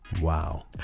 wow